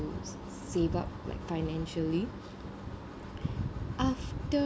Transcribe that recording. save up like financially after